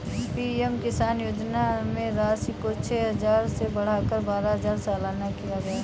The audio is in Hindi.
पी.एम किसान योजना में राशि को छह हजार से बढ़ाकर बारह हजार सालाना किया गया है